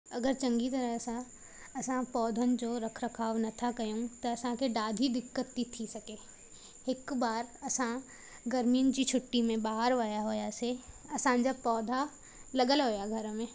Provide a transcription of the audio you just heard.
अगरि चङी तरह सां असां पौधनि जो रखु रखाव नथा कयूं त असांखे ॾाढी दिक़त थी थी सघे हिकु बार असां गर्मीयुनि जी छुटी में ॿाहिरि विया हुआसीं असांजा पौधा लॻियलु हुआ घर में